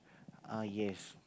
ah yes